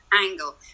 angle